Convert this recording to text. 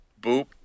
boop